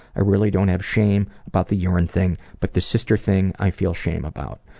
i really don't have shame about the urine thing, but the sister thing i feel shame about.